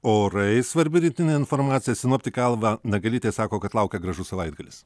orai svarbi rytinė informacija sinoptikė alma nagelytė sako kad laukia gražus savaitgalis